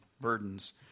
burdens